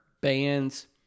bands